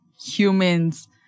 humans